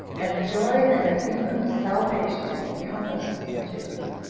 and joy and a beam of salvation encompassed the jews,